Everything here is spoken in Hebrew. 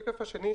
השקף השני,